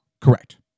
Correct